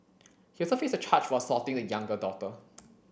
he also faced a charge for assaulting the younger daughter